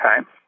Okay